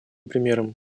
примером